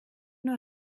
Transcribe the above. nur